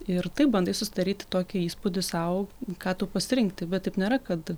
ir taip bandai susidaryti tokį įspūdį sau ką tau pasirinkti bet taip nėra kad